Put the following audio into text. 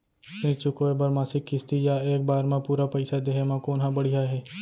ऋण चुकोय बर मासिक किस्ती या एक बार म पूरा पइसा देहे म कोन ह बढ़िया हे?